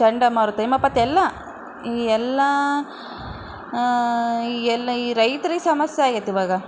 ಚಂಡಮಾರುತ ಹಿಮಪಾತ ಎಲ್ಲ ಈ ಎಲ್ಲ ಈ ಎಲ್ಲ ಈ ರೈತ್ರಿಗೆ ಸಮಸ್ಯೆಯಾಗೈತೆ ಇವಾಗ